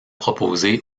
proposés